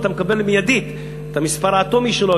ואתה מקבל מייד את המספר האטומי שלו,